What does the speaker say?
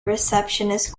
receptionist